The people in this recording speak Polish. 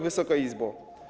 Wysoka Izbo!